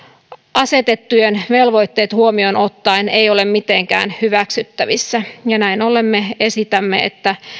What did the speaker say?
asetetut velvoitteet huomioon ottaen ei ole mitenkään hyväksyttävissä näin ollen me esitämme että